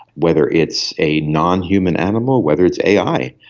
whether it's a nonhuman animal, whether it's ai.